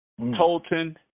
Tolton